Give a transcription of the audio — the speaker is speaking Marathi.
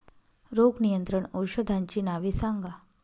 रोग नियंत्रण औषधांची नावे सांगा?